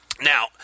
Now